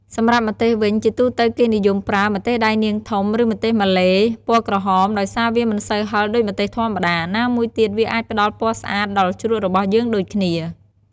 សម្រាប់ម្ទេសវិញ ជាទូទៅ គេនិយមប្រើ ម្ទេសដៃនាងធំ ឬម្ទេសម៉ាឡេ ពណ៌ក្រហម ដោយសារវាមិនសូវហឹរដូចម្ទេសធម្មតា ណាមួយទៀតវាអាចផ្ដល់ពណ៌ស្អាតដល់ជ្រក់របស់យើងដូចគ្នា។